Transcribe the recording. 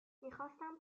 میخواستم